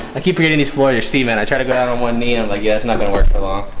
i keep reading these for your semen. i try to go out on one knee and like yet and i'm gonna work the long